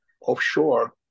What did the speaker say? offshore